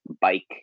bike